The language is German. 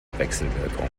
wechselwirkung